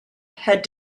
had